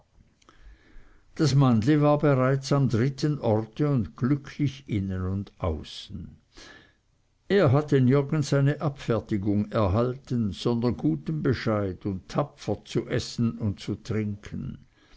das mannli war bereits am dritten orte und glücklich innen und außen er hatte nirgends eine abfertigung erhalten sondern guten bescheid und tapfer zu essen und zu trinken